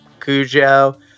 Cujo